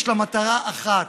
יש לה מטרה אחת: